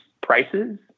prices